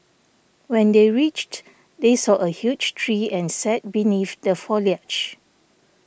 when they reached they saw a huge tree and sat beneath the foliage